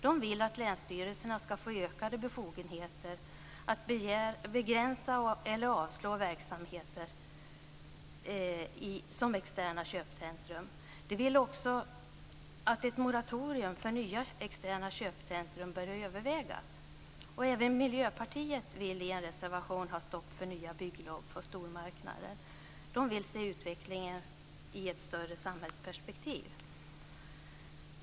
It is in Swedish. De vill att länsstyrelserna ska få ökade befogenheter att begränsa eller avslå verksamheter som externa köpcentrum. De vill också att ett moratorium för nya externa köpcentrum bör övervägas. Även Miljöpartiet vill i en reservation ha stopp för nya bygglov för stormarknader. De vill se utvecklingen i ett större samhällsperspektiv.